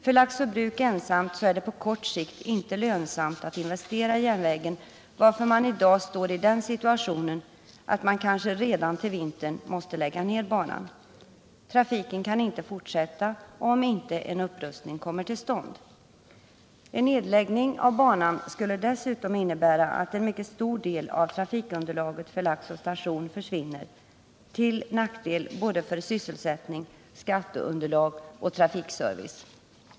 För Laxå Bruk ensamt är det på kort sikt inte lönsamt att investera i järnvägen, varför man i dag står i den situationen att man kanske redan till vintern måste lägga ned banan. Trafiken kan inte fortsätta, om inte en upprustning kommer till stånd. En nedläggning av banan skulle dessutom innebära att en mycket stor del av trafikunderlaget för Laxå station försvinner, till nackdel för både sysselsättning, skatteunderlag och trafikservice.